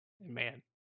Man